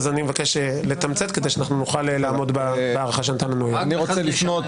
אז אני מבקש לתמצת כדי שאנחנו נוכל לעמוד בהארכה שנתן לנו היו"ר.